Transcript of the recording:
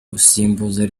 gusimbuza